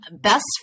best